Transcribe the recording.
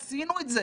עשינו את זה.